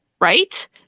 Right